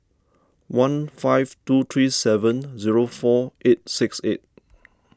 one five two three seven zero four eight six eight